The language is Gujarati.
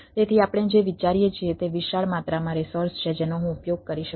તેથી આપણે જે વિચારીએ છીએ તે વિશાળ માત્રામાં રિસોર્સ છે જેનો હું ઉપયોગ કરી શકું છું